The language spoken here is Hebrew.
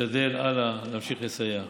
נשתדל הלאה להמשיך לסייע.